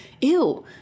ew